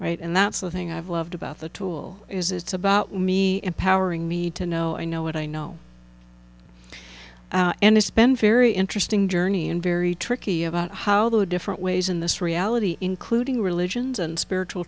right and that's the thing i've loved about the tool is it's about me empowering me to know i know what i know and it's been very interesting journey and very tricky about how the different ways in this reality including religions and spiritual